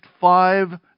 five